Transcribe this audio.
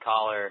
caller